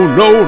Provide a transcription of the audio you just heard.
no